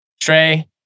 Trey